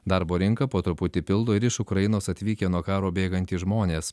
darbo rinką po truputį pildo ir iš ukrainos atvykę nuo karo bėgantys žmonės